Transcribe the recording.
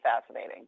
fascinating